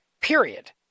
Period